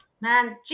man